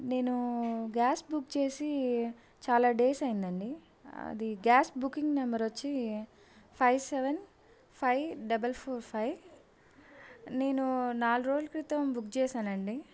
నేను gas book చేసి చాలా డేస్ అయ్యిందండి అది గ్యాస్ బుకింగ్ నెంబర్ వచ్చి five seven five double four five నేను నాలుగు రోజులు క్రితం బుక్ చేశానండి